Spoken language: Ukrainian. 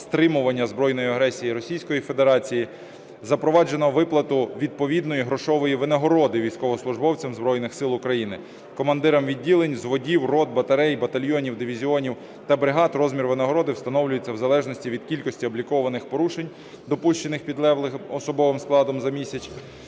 стримуванні збройної агресії Російської Федерації, запроваджено виплату відповідної грошової винагороди військовослужбовцям Збройних Сили України, командирам відділень, зводів, рот (батарей), батальйонів (дивізіонів) та бригад розмір винагороди встановлюється в залежності від кількості облікованих порушень, допущених підлеглим особовим складом за місяць.